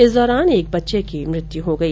इस दौरान एक बच्चे की मृत्यु हो गई